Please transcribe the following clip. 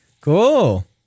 Cool